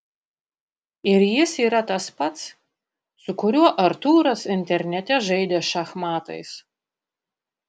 ir jis yra tas pats su kuriuo artūras internete žaidė šachmatais